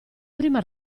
prima